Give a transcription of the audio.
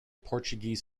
portuguese